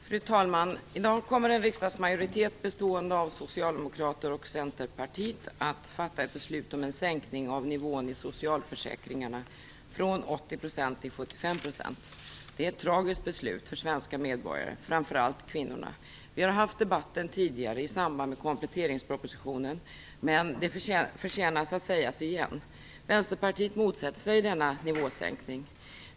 Fru talman! I dag kommer en riksdagsmajoritet bestående av socialdemokrater och centerpartister att fatta ett beslut om en sänkning av nivån i socialförsäkringarna från 80 % till 75 %. Detta är ett tragiskt beslut för svenska medborgare, och framför allt för kvinnorna. Vi har haft den debatten tidigare i samband med kompletteringspropositionen, men det förtjänar att sägas igen. Vänsterpartiet motsätter sig denna nivåsänkning.